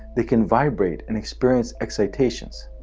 they can vibrate and experience excitations.